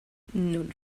nun